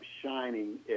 shining